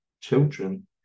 children